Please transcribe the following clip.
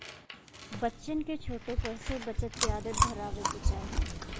बच्चन के छोटे पर से बचत के आदत धरावे के चाही